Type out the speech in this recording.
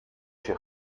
się